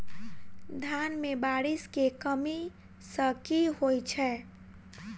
धान मे बारिश केँ कमी सँ की होइ छै?